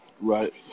Right